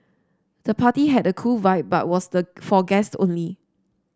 the party had a cool vibe but was the for guest only